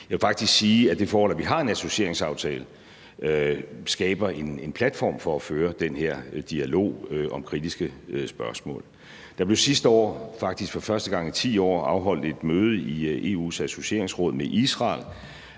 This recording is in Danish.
Jeg vil faktisk sige, at det forhold, at vi har en associeringsaftale, skaber en platform for at føre den her dialog om kritiske spørgsmål. Der blev sidste år, faktisk for første gang i 10 år, afholdt et møde med Israel i EU's associeringsråd, hvor